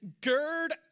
gird